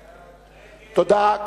תודה.